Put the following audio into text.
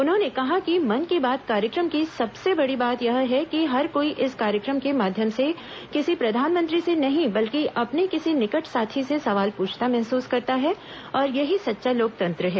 उन्होंने कहा कि मन की बात कार्यक्रम की सबसे बड़ी बात यह है कि हर कोई इस कार्यक्रम के माध्यम से किसी प्रधानमंत्री से नहीं बल्कि अपने किसी निकट साथी से सवाल पूछता महसूस करता है और यही सच्चा लोकतंत्र है